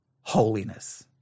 holiness